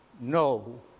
no